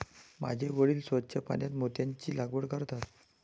माझे वडील स्वच्छ पाण्यात मोत्यांची लागवड करतात